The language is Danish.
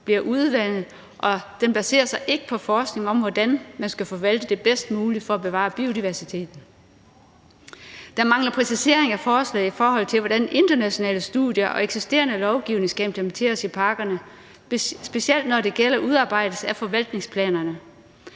bliver udvandet, og hvor den ikke baserer sig på forskning om, hvordan man skal forvalte det bedst muligt for at bevare biodiversiteten. Der mangler præciseringer i forslaget, i forhold til hvordan internationale studier og eksisterende lovgivning skal implementeres i parkerne, specielt når det gælder udarbejdelsen af forvaltningsplanerne.